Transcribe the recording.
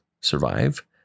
survive